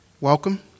welcome